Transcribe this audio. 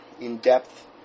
in-depth